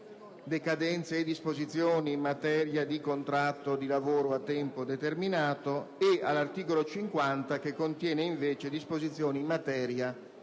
decadenza e disposizioni in materia di contratto di lavoro a tempo determinato e all'articolo 50, che contiene invece disposizioni in materia